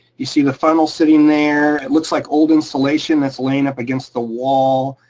you see the funnel sitting there. it looks like old insulation that's laying up against the wall.